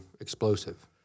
explosive